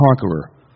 conqueror